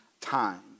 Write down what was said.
time